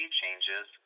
changes